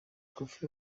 koffi